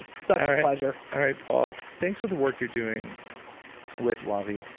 such a pleasure all right, paul. thanks for the work you're doing with wavi.